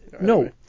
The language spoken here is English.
No